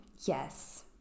yes